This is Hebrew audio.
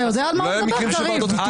אתה יודע על מה הוא מדבר, קריב?